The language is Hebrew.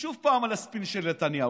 עוד פעם על הספין של נתניהו.